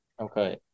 Okay